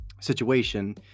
situation